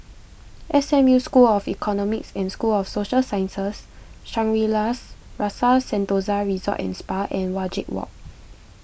S M U School of Economics and School of Social Sciences Shangri La's Rasa Sentosa Resort and Spa and Wajek Walk